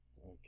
Okay